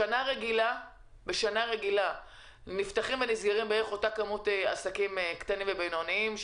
בשנה רגילה נפתחים ונסגרים בערך אותה כמות של עסקים קטנים ובינוניים,